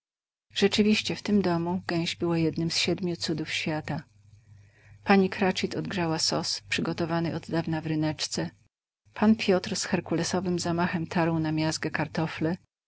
rzeczywiście w tym domu gęś była jednym z siedmiu cudów świata pani cratchit odgrzała sos przygotowany oddawna w ryneczce pan piotr z herkulesowym zamachem tarł na miazgę kartofle